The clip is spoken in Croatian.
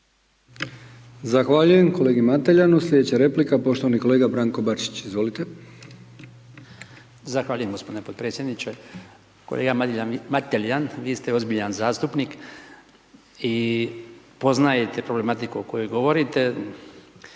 Zahvaljujem kolegi Mateljanu. Slijedeća replika poštovani kolega Branko Bačić, izvolite. **Bačić, Branko (HDZ)** Zahvaljujem g. potpredsjedniče. Kolega Mateljan, vi ste ozbiljan zastupnik i poznajete problematiku o kojoj govorite,